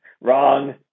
Wrong